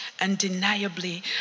Undeniably